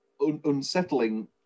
unsettling